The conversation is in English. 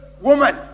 woman